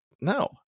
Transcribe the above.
no